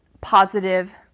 positive